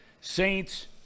Saints